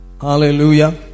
Hallelujah